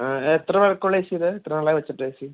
എത്ര പഴക്കമുള്ള ഏ സിയണ് എത്ര നാളായി വെച്ചിട്ടേസി